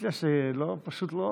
אני מציע שפשוט לא